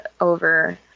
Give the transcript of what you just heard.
over